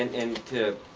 and and to